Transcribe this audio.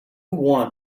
want